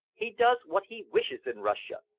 he does what he wishes in russia,